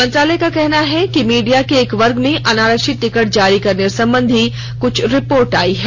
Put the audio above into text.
मंत्रालय का कहना है कि मीडिया के एक वर्ग में अनारक्षित टिकट जारी करने संबंधी कुछ रिपोर्ट आई है